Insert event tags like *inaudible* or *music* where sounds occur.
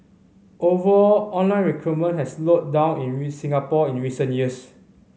overall online recruitment has slowed down in *unintelligible* Singapore in recent years